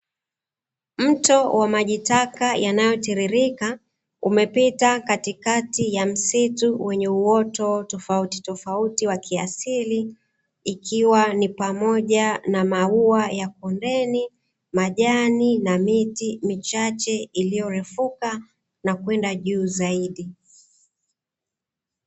Mto wa maji taka yanayotiririka, umepita katikati ya msitu wenye uoto tofauti tofauti wa kiasili. Ikiwa ni pamoja na maua ya pomeni, majani na miti michache, iliyorefuka na kwenda juu zaidi.